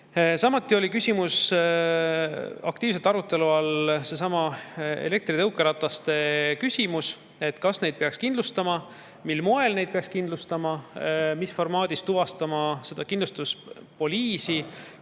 Samuti oli aktiivse arutelu all seesama elektritõukerataste küsimus. Kas neid peaks kindlustama, mil moel neid peaks kindlustama, mis formaadis peaks saama tuvastada seda kindlustuspoliisi,